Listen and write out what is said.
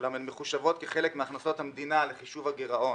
אולם הן מחושבות כחלק מהכנסות המדינה לחישוב הגירעון.